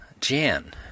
Jan